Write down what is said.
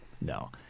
no